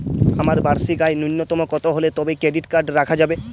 আমার বার্ষিক আয় ন্যুনতম কত হলে তবেই ক্রেডিট কার্ড রাখা যাবে?